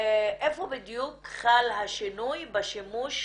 איפה בדיוק חל השינוי בשימוש